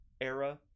Era